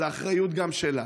זאת גם אחריות שלה,